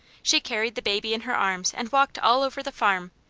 she carried the baby in her arms and walked all over the farm,